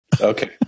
Okay